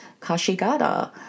kashigata